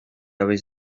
habéis